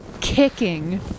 kicking